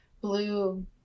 blue